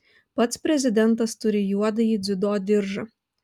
pats prezidentas turi juodąjį dziudo diržą